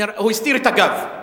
הוא הסתיר את הגב.